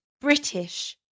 British